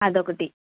అదొకటి